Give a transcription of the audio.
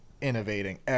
innovating